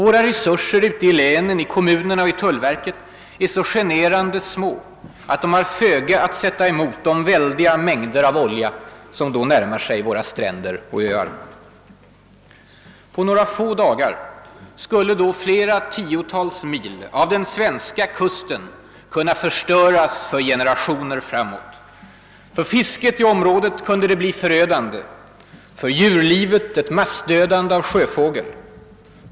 Våra resurser ute i länen, i kommunerna och i tullverket är så generande små att de har föga att sätta emot de väldiga mängder av olja som då närmar sig våra stränder och. öar. På några få dagar skulle då flera tiotals mil av den svenska kusten kunna förstöras för generationer framåt. För fisket i området kunde det bli förödande. För djurlivet ett massdödande på sjöfågel.